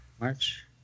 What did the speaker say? March